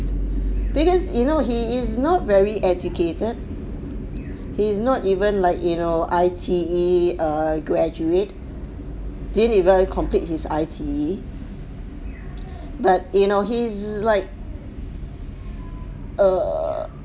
because you know he is not very educated he's not even like you know I_T_E err graduate didn't even complete his I_T_E but you know he is like err